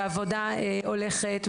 והעבודה הולכת,